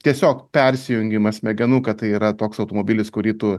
tiesiog persijungimas smegenų kad tai yra toks automobilis kurį tu